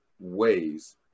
ways